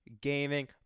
gaming